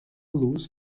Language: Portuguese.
luz